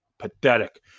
pathetic